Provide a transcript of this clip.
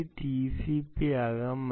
ഇത് ടിസിപി ആകാം